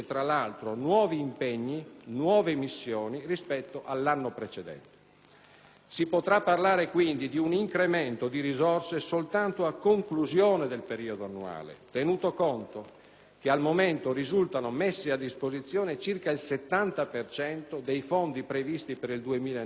Si potrà parlare, quindi, di un incremento di risorse soltanto a conclusione del periodo annuale, tenuto conto che al momento risulta messo a disposizione circa il 70 per cento dei fondi previsti per il 2009 dalla finanziaria approvata a suo tempo dall'allora Governo di centrosinistra.